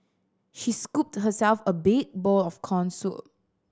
she scooped herself a big bowl of corn soup